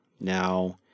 Now